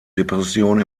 depression